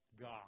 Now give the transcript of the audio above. God